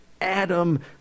Adam